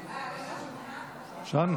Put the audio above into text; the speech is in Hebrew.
שאלנו.